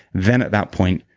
then at that point,